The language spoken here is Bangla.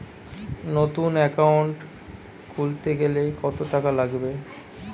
নতুন একাউন্ট খুলতে গেলে কত টাকা লাগবে?